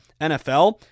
NFL